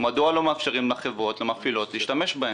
מדוע לא מאפשרים לחברות המפעילות להשתמש בהם?